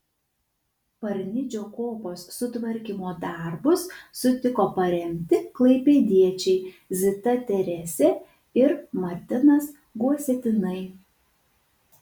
parnidžio kopos sutvarkymo darbus sutiko paremti klaipėdiečiai zita teresė ir martinas gusiatinai